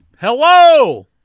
Hello